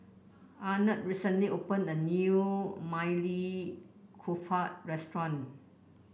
Arnett recently opened a new Maili Kofta Restaurant